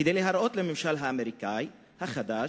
כדי להראות לממשל האמריקני החדש,